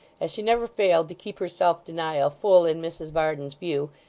as she never failed to keep her self-denial full in mrs varden's view,